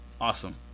Awesome